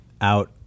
out